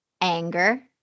Anger